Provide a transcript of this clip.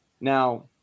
Now